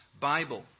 Bible